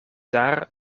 daar